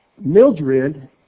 Mildred